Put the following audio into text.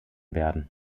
werden